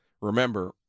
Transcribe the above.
Remember